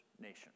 nation